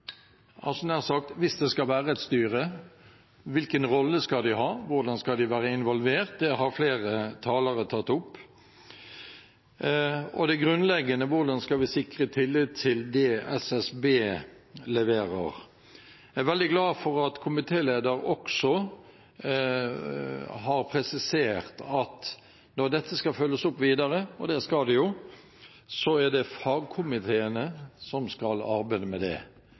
sagt hvis det skal være et styre – hvilken rolle skal de ha, og hvordan skal de være involvert? Det har flere talere tatt opp. Det grunnleggende er: Hvordan skal vi sikre tillit til det SSB leverer? Jeg er veldig glad for at komitélederen har presisert at når dette skal følges opp videre – og det skal det jo – er det fagkomiteene som skal arbeide med det.